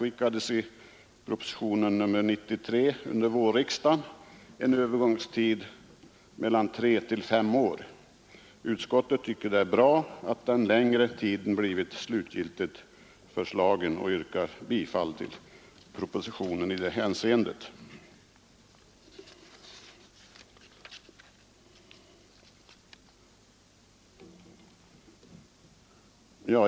I propositionen 93 förutskickades under vårriksdagen en övergångstid på mellan tre och fem år. Utskottet tycker att det är bra att den längre tiden blivit slutgiltigt föreslagen och yrkar bifall till propositionen i det hänseendet.